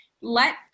let